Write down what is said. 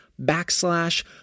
backslash